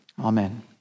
Amen